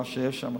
מה שיש שם,